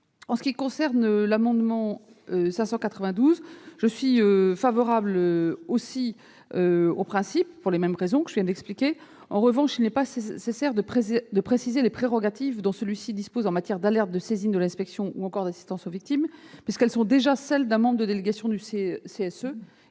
En ce qui concerne l'amendement n° 592, j'y suis également favorable sur le principe, pour les raisons que je viens d'expliquer. En revanche, il n'est pas nécessaire de préciser les prérogatives dont le référent dispose en matière d'alerte, de saisine de l'inspection ou encore d'assistance aux victimes, puisque celles-ci sont déjà celles d'un délégué du CSE.